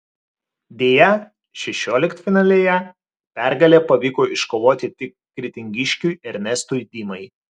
deja šešioliktfinalyje pergalę pavyko iškovoti tik kretingiškiui ernestui dimai